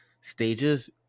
stages